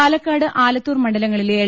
പാലക്കാട് ആലത്തൂർ മണ്ഡലങ്ങളിലെ എൽ